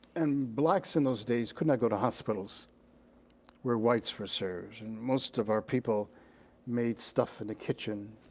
and blacks in those days could not go to hospitals where whites were served. and most of our people made stuff in the kitchen,